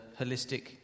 holistic